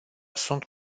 sunt